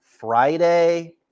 Friday